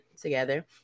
together